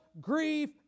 grief